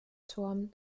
turm